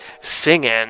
singing